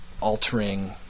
altering